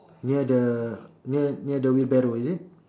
near the near the wheelbarrow is it